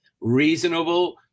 reasonable